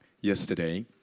yesterday